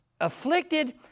afflicted